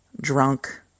drunk